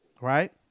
Right